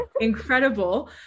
incredible